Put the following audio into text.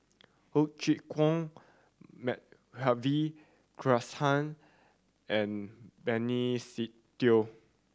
Ho Chee Kong Madhavi Krishnan and Benny Se Teo